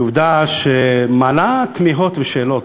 היא עובדה שמעלה תמיהות ושאלות,